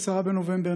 10 בנובמבר,